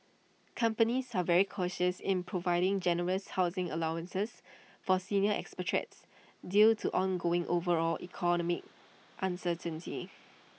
companies are very cautious in providing generous housing allowances for senior expatriates due to ongoing overall economic uncertainty